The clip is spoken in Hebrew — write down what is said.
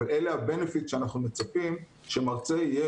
אבל אלה היתרונות שאנחנו מצפים שמרצה יהיה